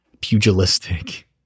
pugilistic